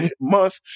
Month